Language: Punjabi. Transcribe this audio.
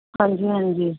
ਹਾਂਜੀ ਹਾਂਜੀ